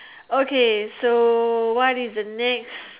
okay so what is the next